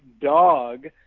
dog